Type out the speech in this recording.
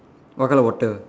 what color water